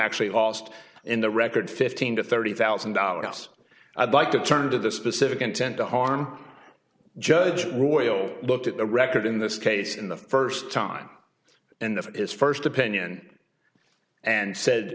actually aust in the record fifteen to thirty thousand dollars us i'd like to turn to the specific intent to harm judge roy looked at the record in this case in the first time and of his first opinion and said